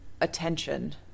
attention